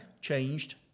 Changed